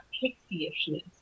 pixie-ishness